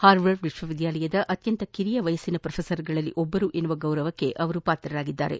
Harvard ವಿಶ್ವವಿದ್ಯಾಲಯದ ಅತ್ಯಂತ ಕಿರಿಯ ವಯಸ್ಸಿನ ಪ್ರೊಫೆಸರ್ಗಳಲ್ಲಿ ಒಬ್ಲರು ಎಂಬ ಗೌರವಕ್ಕೂ ಪಾತ್ರರಾಗಿದ್ದಾರೆ